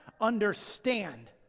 understand